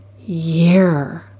year